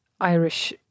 Irish